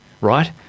right